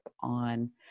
on